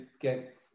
get